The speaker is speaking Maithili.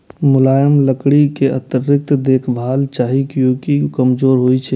मुलायम लकड़ी कें अतिरिक्त देखभाल चाही, कियैकि ई कमजोर होइ छै